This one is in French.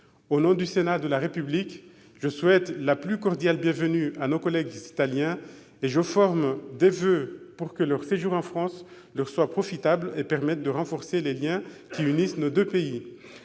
Au nom du Sénat de la République, je souhaite la plus cordiale bienvenue à nos collègues italiens et je forme des voeux pour que leur séjour en France leur soit profitable et permette de renforcer les liens qui unissent nos deux pays.